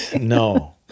No